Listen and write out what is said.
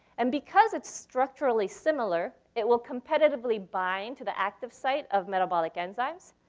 and because it's structurally similar, it will competitively bind to the active site of metabolic enzymes.